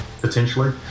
potentially